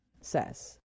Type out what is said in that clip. says